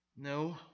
No